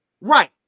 right